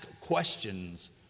questions